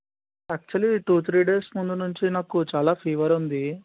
actually two three days ముందు నుంచి చాలా ఫీవర్ ఉంది